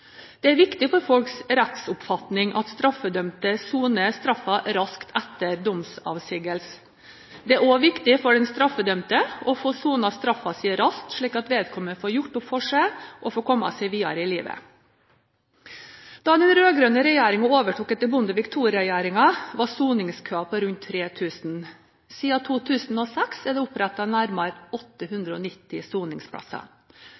Det er viktig for folks rettsoppfatning at straffedømte soner straffen raskt etter domsavsigelse. Det er også viktig for den straffedømte å få sonet straffen sin raskt, slik at vedkommende får gjort opp for seg og får komme seg videre i livet. Da den rød-grønne regjeringen overtok etter Bondevik II-regjeringen, var soningskøen på rundt 3000. Siden 2006 er det opprettet nærmere